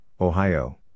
Ohio